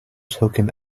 token